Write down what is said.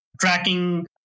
tracking